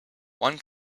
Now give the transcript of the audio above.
one